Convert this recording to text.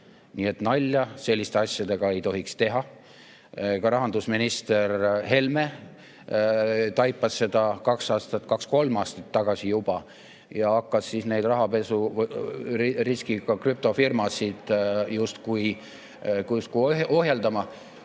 Nii et nalja selliste asjadega ei tohiks teha. Ka rahandusminister Helme taipas seda kaks-kolm aastat tagasi juba ja hakkas neid rahapesuriskiga krüptofirmasid justkui ohjeldama.